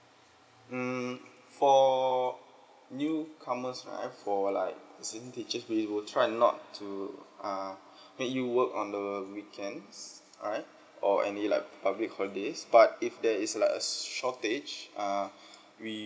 mm for newcomers right for like senior teachers we will try to not to uh make you work on the weekends alright or any like public holidays but if there is like a shortage uh we